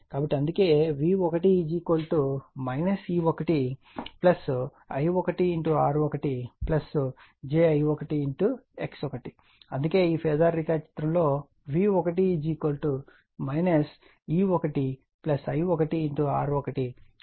కాబట్టి అందుకే V1 E1 I1 R1 j I1 X1 అందుకే ఈ ఫేజార్ రేఖాచిత్రం లో V1 E1 I1 R1 j I1 X1 అవుతుంది